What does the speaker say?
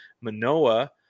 Manoa